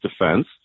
defense